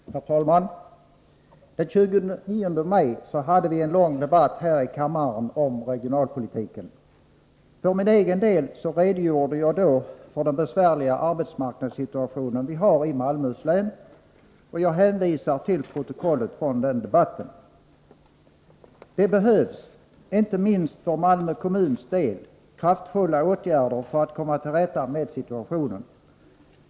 Herr talman! Den 29 maj hade vi en lång debatt här i kammaren om regionalpolitiken. För min egen del redogjorde jag då för den besvärliga arbetsmarknadssituation vi har i Malmöhus län. Jag hänvisar till protokollet från den debatten. Det behövs — inte minst för Malmö kommuns del — kraftfulla åtgärder för att komma till rätta med situationen.